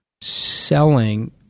selling